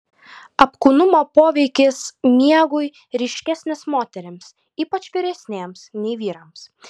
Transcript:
apkūnumo poveikis miegui ryškesnis moterims ypač vyresnėms nei vyrams